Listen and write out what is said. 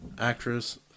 actress